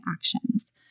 actions